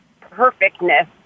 perfectness